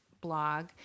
blog